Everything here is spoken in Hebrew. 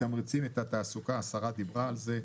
מתמרצים את התעסוקה, השרה דיברה על זה.